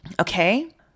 Okay